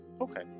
Okay